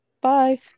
Bye